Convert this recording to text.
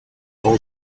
all